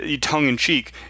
tongue-in-cheek